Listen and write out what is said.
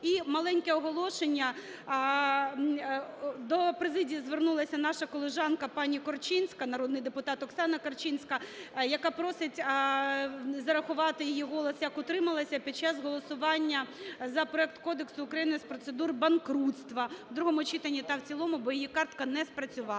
І маленьке оголошення. До президії звернулася наша колежанка пані Корчинська, народний депутат Оксана Корчинська, яка просить зарахувати її голос як "утрималася" під час голосування за проект Кодексу України з процедур банкрутства в другому читанні та в цілому, бо її картка не спрацювала.